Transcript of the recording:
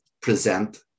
present